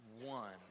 one